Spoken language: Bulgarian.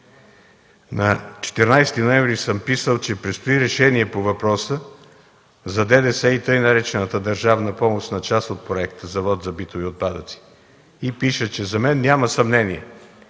На 14 ноември съм писал, че предстои решение по въпроса за ДДС и така наречената „държавна помощ” на част от проекта за Завод за битови отпадъци. Пиша: „За мен няма съмнение,